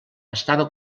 estava